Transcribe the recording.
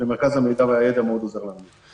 ומרכז המידע והידע מאוד עוזר לנו.